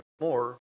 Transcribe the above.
more